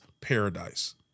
paradise